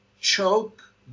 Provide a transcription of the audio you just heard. choke